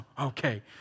okay